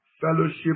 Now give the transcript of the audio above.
fellowship